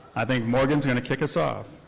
i think morgan's gonna kick us off.